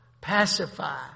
pacify